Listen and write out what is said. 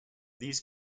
these